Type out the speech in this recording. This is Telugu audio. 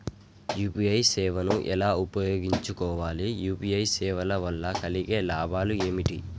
యూ.పీ.ఐ సేవను ఎలా ఉపయోగించు కోవాలి? యూ.పీ.ఐ సేవల వల్ల కలిగే లాభాలు ఏమిటి?